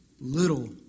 little